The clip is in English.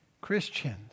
Christians